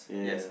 ya